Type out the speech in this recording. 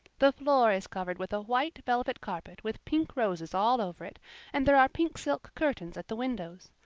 the floor is covered with a white velvet carpet with pink roses all over it and there are pink silk curtains at the windows.